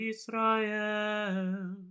Israel